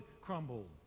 crumbled